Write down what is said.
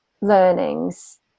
learnings